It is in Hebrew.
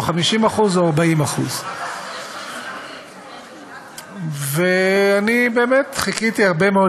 או 50% או 40%. ואני באמת חיכיתי הרבה מאוד